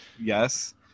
yes